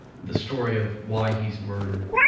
the story of why he's murdered,